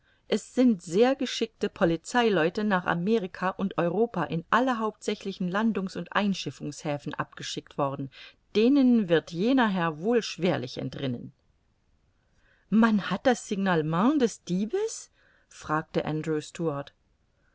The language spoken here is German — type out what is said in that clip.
es sind sehr geschickte polizeileute nach amerika und europa in alle hauptsächlichen landungs und einschiffungshäfen abgeschickt worden denen wird jener herr wohl schwerlich entrinnen man hat das signalement des diebes fragte